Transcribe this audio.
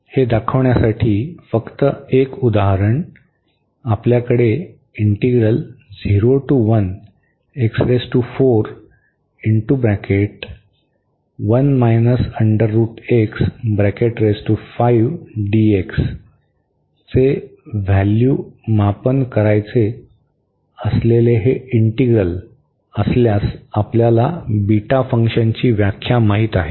हे दाखवण्यासाठी फक्त एक उदाहरण आपल्याकडे चे व्हॅल्यू मापन करायचे असलेले हे इंटीग्रल असल्यास आपल्याला बीटा फंक्शनची व्याख्या माहित आहे